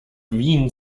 wien